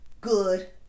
good